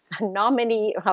nominee